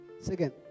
second